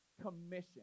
Commission